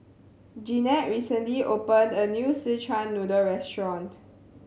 Jeannette recently opened a new Szechuan Noodle restaurant